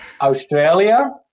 Australia